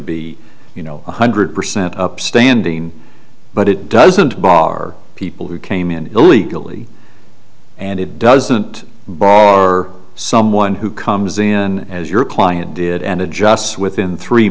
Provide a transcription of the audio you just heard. be you know one hundred percent upstanding but it doesn't bar people who came in illegally and it doesn't bar someone who comes in as your client did and adjusts within three